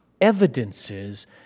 evidences